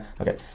okay